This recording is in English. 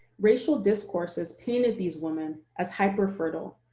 racial discourses painted these women as hyper-fertile,